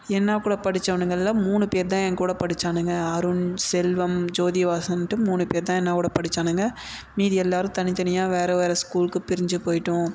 என் கூட படித்தவனுங்கள்ல மூணு பேர் தான் என் கூட படித்தானுங்க அருண் செல்வம் ஜோதி வாசன்ட்டு மூணு பேர் தான் என்ன கூட படித்தானுங்க மீதி எல்லோரும் தனித்தனியாக வேறு வேறு ஸ்கூலுக்கு பிரிஞ்சு போய்விட்டோம்